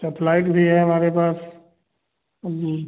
अच्छा फ़्लाइट भी है हमारे पास अब